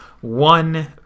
One